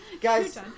Guys